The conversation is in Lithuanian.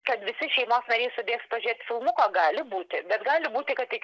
kad visi šeimos nariai subėgs pažiūrėt filmuko gali būti bet gali būti kad tik